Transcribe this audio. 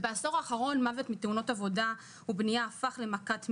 בעשור האחרון מוות מתאונות עבודה ובניה הפך למכת מדינה.